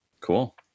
Cool